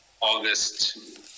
August